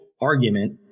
argument